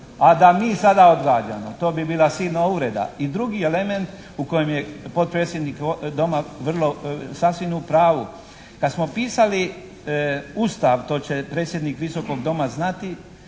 a da mi sada odgađamo, to bi bila silna uvreda. I drugi element u kojem je potpredsjednik Doma sasvim u pravu. Kad smo pisali Ustav, to će predsjednik Visokog doma znati,